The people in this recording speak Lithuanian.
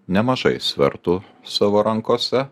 nemažai svertų savo rankose